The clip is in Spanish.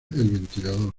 ventilador